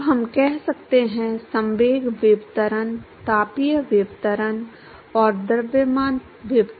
अब हम कहते हैं संवेग विवर्तन तापीय विवर्तन और द्रव्यमान विवर्तन